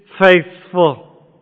faithful